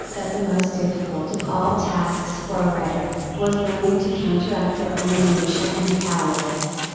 that the most difficult of all tasks for a writer, was learning to counteract their own inertia and cowardice.